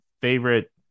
favorite